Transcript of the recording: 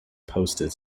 postage